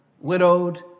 widowed